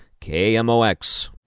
KMOX